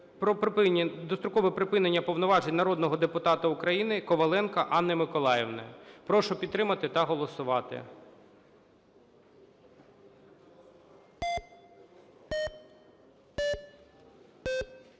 дострокове припинення повноважень народного депутата України Коваленко Анни Миколаївни. Прошу підтримати та голосувати.